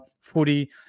footy